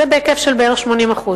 זה בהיקף בערך של 80%,